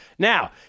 Now